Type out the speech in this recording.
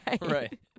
Right